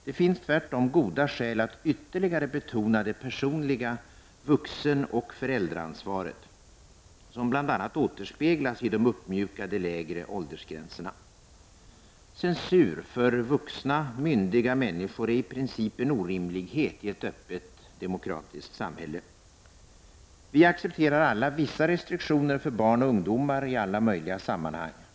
Det finns tvärtom goda skäl att ytterligare betona det personliga vuxenoch föräldraansvaret, som bl.a. återspeglas i de uppmjukade, lägre åldersgränserna. Censur för myndiga, vuxna människor är i princip en orimlighet i ett öppet, demokratiskt samhälle. Vi accepterar alla vissa restriktioner för barn och ungdomar i alla möjliga sammanhang.